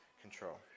control